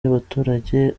y’abaturage